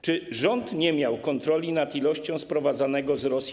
Czy rząd nie miał kontroli nad ilością węgla sprowadzanego z Rosji?